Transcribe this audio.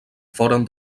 foren